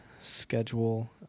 schedule